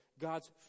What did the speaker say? God's